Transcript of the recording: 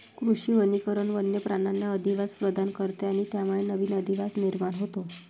कृषी वनीकरण वन्य प्राण्यांना अधिवास प्रदान करते आणि त्यामुळे नवीन अधिवास निर्माण होतो